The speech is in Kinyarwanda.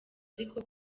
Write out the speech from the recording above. ariko